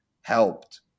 helped